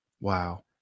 Wow